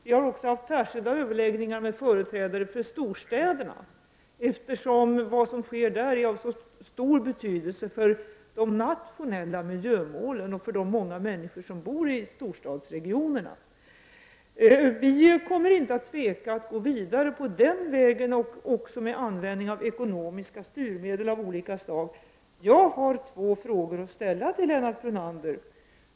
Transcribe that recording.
Vi har också haft särskilda överläggningar med företrädare för storstäderna, eftersom det som där sker är av stor betydelse för de nationella miljömålen och för de många människor som bor i storstadsregionerna. Vi kommer inte att tveka att med ekonomiska styrmedel av olika slag gå vidare på den vägen. Jag vill ställa två frågor till Lennart Brunander.